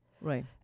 Right